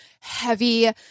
heavy